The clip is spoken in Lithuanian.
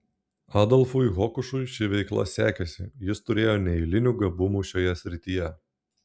adolfui hokušui ši veikla sekėsi jis turėjo neeilinių gabumų šioje srityje